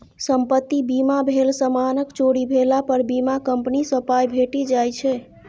संपत्ति बीमा भेल समानक चोरी भेला पर बीमा कंपनी सँ पाइ भेटि जाइ छै